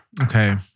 Okay